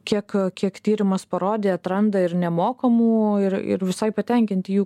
kiek kiek tyrimas parodė atranda ir nemokamų ir ir visai patenkinti jų